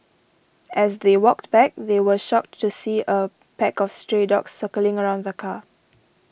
as they walked back they were shocked to see a pack of stray dogs circling around the car